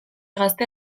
gazte